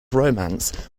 romance